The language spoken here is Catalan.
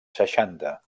seixanta